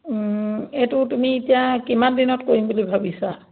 এইটো তুমি এতিয়া কিমান দিনত কৰিম বুলি ভাবিছা